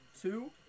Two